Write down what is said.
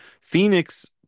Phoenix